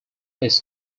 his